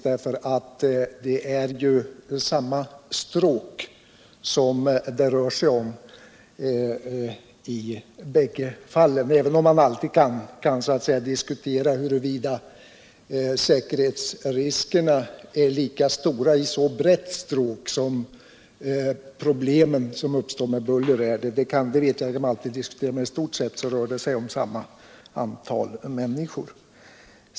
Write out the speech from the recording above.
Det är ju samma stråk som det rör sig om i bägge fallen, även om man alltid kan diskutera huruvida säkerhetsriskerna är lika stora i ett så brett stråk som där det uppstår problem med buller. I stort sett rör det sig alltså om samma antal människor.